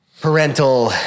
parental